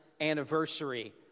anniversary